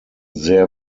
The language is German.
sehr